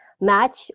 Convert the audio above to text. match